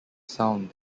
sound